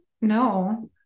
no